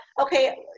okay